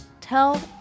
tell